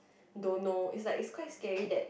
don't know is like is quite scary that